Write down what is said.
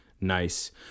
nice